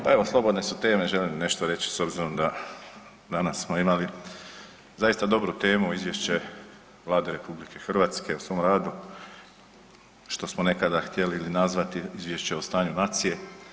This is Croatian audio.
Pa evo slobodne su teme, želim nešto reći s obzirom da danas smo imali zaista dobru temu, Izvješće Vlade RH o svom radu, što smo nekada htjeli nazvati Izvješće o stanju nacije.